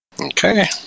Okay